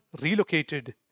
relocated